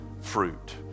fruit